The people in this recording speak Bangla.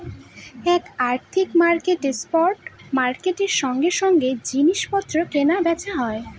এক আর্থিক মার্কেটে স্পট মার্কেটের সঙ্গে সঙ্গে জিনিস পত্র কেনা বেচা হয়